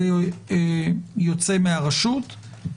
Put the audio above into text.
זה יוצא מהרשות.